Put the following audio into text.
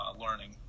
learning